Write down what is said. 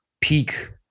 peak